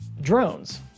Drones